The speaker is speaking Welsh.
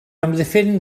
amddiffyn